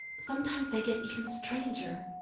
sometimes they get even stranger.